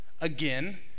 Again